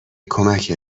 کمکت